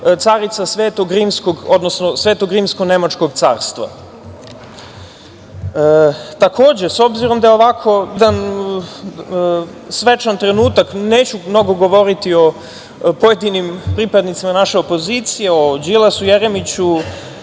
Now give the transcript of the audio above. odnosno Svetog rimskog nemačkog carstva. Takođe, s obzirom da je ovako jedan svečan trenutak, neću mnogo govoriti o pojedinim pripadnicima naše opozicije, o Đilasu, Jeremiću,